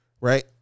Right